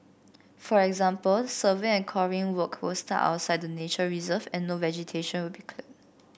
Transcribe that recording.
for example survey and coring work will start outside the nature reserve and no vegetation will be cleared